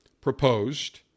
proposed